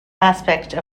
aspect